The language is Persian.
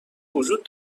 وجود